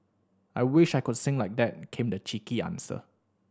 I wish I could sing like that came the cheeky answer